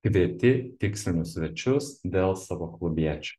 kvieti tikslinius svečius dėl savo klubiečių